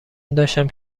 داشتم